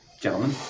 gentlemen